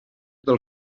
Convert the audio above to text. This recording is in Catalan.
del